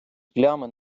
плями